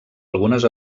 algunes